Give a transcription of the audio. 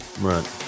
Right